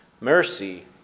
mercy